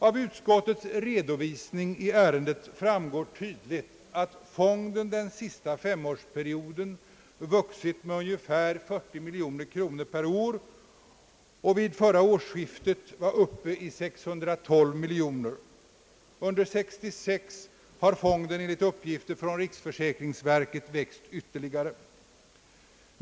Av utskottets redovisning i ärendet framgår tydligt, att fonden under den senaste femårsperioden vuxit med ungefär 40 miljoner kronor per år och vid förra årsskiftet var uppe i 612 miljoner kronor. Under år 1966 har fonden enligt uppgifter från riksförsäkringsverket växt ytterligare.